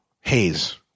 haze